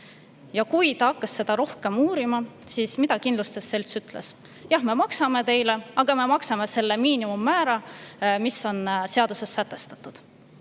Ja kui ta hakkas seda rohkem uurima, siis mida kindlustusselts ütles? "Jah, me maksame teile, aga me maksame selle miinimummäära, mis on seaduses sätestatud."